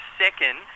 second